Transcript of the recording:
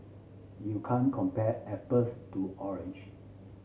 you can't compare apples to orange